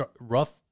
rough